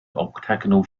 octagonal